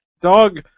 Dog